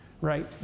Right